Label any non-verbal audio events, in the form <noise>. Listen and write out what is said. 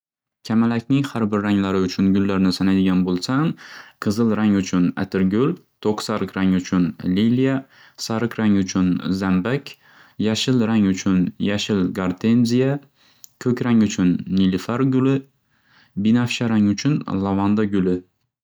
Kamalakning xar bir ranglari uchun gullarni sanaydigan bo'lsam qizil rang uchun atirgul to'q sariq rang uchun <unintelligible> sariq rang uchun <unintelligible> yashil rang uchun yashil <unintelligible> ko'k rang uchun nilufar guli binafsha rang uchun lavanda guli.